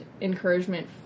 encouragement